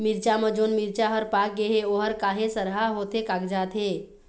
मिरचा म जोन मिरचा हर पाक गे हे ओहर काहे सरहा होथे कागजात हे?